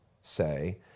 say